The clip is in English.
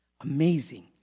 Amazing